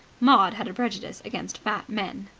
maud had a prejudice against fat men.